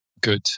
good